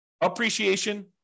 appreciation